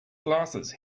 glasses